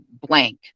blank